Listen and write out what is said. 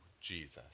Jesus